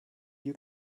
you